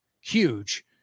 huge